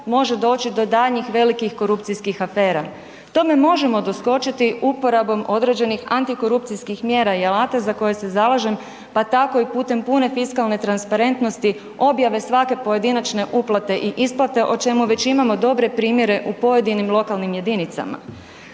može doći do daljnjih velikih korupcijskih afera. Tome možemo doskočiti uporabom određenih antikorupcijskih mjera i alata za koje se zalažem, pa tako i putem pune fiskalne transparentnosti objave svake pojedinačne uplate i isplate, o čemu već imamo dobre primjere u pojedinim lokalnim jedinicama.